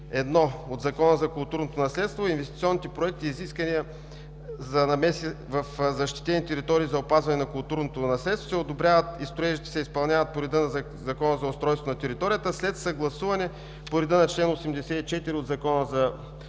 1 от Закона за културното наследство, инвестиционните проекти и искания за намеси в защитени територии за опазване на културното наследство се одобряват и строежите се изпълняват по реда на Закона за устройство на територията, след съгласуване по реда на чл. 84 от Закона за